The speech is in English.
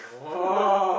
oh